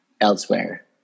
elsewhere